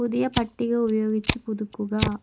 പുതിയ പട്ടിക ഉപയോഗിച്ച് പുതുക്കുക